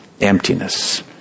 emptiness